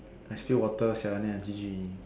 I steal water sia then I G_G already